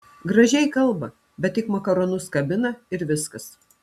gražiai kalba bet tik makaronus kabina ir viskas